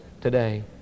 Today